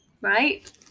right